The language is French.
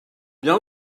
bien